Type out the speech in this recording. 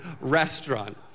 restaurant